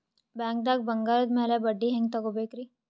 ಬ್ಯಾಂಕ್ದಾಗ ಬಂಗಾರದ್ ಮ್ಯಾಲ್ ಬಡ್ಡಿ ಹೆಂಗ್ ತಗೋಬೇಕ್ರಿ?